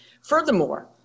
Furthermore